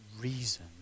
reason